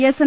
S N